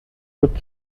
wird